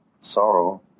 sorrow